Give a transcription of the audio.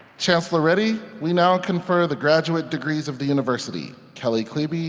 chancellor reddy we now confer the graduate degrees of the university. kelly klebe,